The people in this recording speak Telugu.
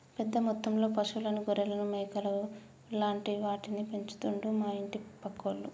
పెద్ద మొత్తంలో పశువులను గొర్రెలను మేకలు లాంటి వాటిని పెంచుతండు మా ఇంటి పక్కోళ్లు